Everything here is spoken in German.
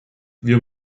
wir